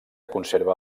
conserva